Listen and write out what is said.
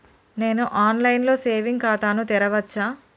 నేను online లో saving ఖాతా ను తెరవచ్చా?